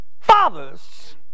fathers